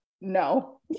No